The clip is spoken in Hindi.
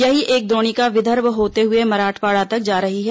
यही एक द्रोणिका विदर्भ होते हुए मराठवाड़ा तक जा रही है